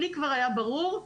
לי כבר היה ברור,